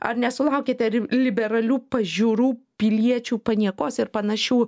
ar nesulaukiate liberalių pažiūrų piliečių paniekos ir panašių